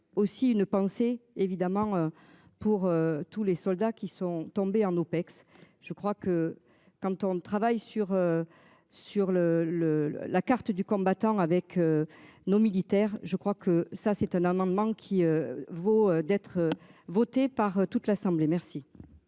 aussi une pensée évidemment. Pour tous les soldats qui sont tombés en OPEX. Je crois que quand on travaille sur. Sur le le le la carte du combattant avec. Nos militaires. Je crois que ça c'est un amendement qui vaut d'être votée par toute l'assemblée. Merci.